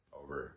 over